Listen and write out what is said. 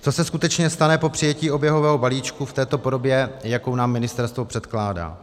Co se skutečně stane po přijetí oběhového balíčku v této podobě, jakou nám ministerstvo předkládá?